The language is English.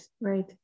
right